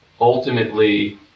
ultimately